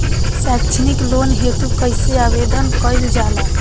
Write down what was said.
सैक्षणिक लोन हेतु कइसे आवेदन कइल जाला?